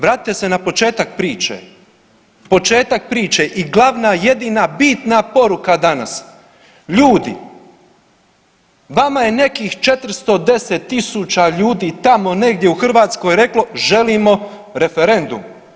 Vratite se na početak priče, početak priče i glavna jedina bitna poruka danas ljudi vama je nekih 410.000 ljudi tamo negdje u Hrvatskoj reklo želimo referendum.